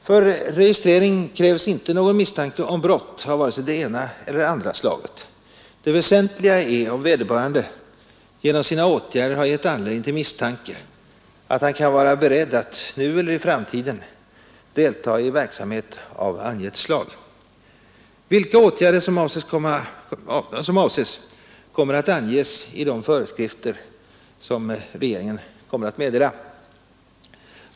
För registrering krävs inte någon misstanke om brott av vare sig det ena eller andra slaget. Det väsentliga är om vederbörande genom sina åtgärder har gett anledning till misstanke att han kan vara beredd att — nu eller i framtiden — delta i verksamhet av angett slag. Vilka åtgärder som avses kommer att anges i de föreskrifter som regeringen avser att meddela.